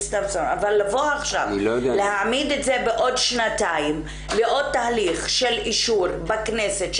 אבל לבוא עכשיו להעמיד את זה בעוד שנתיים ובעוד תהליך של אישור בכנסת,